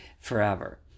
forever